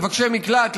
מבקשי מקלט,